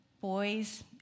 boys